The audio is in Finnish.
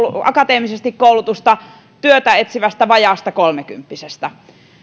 akateemisesti koulutetusta työtä etsivästä vajaasta kolmekymppisestä